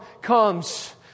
comes